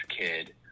kid